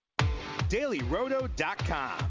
DailyRoto.com